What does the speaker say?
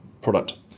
product